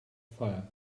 fire